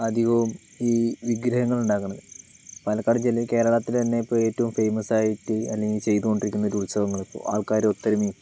അധികവും ഈ വിഗ്രഹങ്ങൾ ഉണ്ടാക്കണത് പാലക്കാട് ജില്ല കേരളത്തിൽ തന്നെ ഇപ്പോൾ ഏറ്റവും ഫേമസ് ആയിട്ട് അല്ലെങ്കിൽ ചെയ്തു കൊണ്ടിരിക്കുന്ന ഒരു ഉത്സവങ്ങൾ ഇപ്പോൾ ആൾക്കാരുടെ ഒത്തൊരുമയും